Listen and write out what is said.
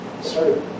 started